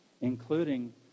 Including